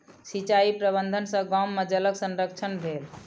सिचाई प्रबंधन सॅ गाम में जलक संरक्षण भेल